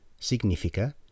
Significa